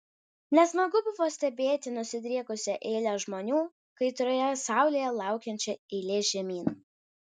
nesmagu buvo stebėti nusidriekusią eilę žmonių kaitrioje saulėje laukiančią eilės žemyn